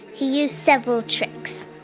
he used several tricks.